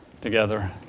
together